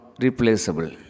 replaceable